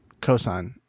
cosine